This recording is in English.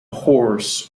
horse